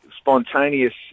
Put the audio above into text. spontaneous